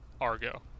Argo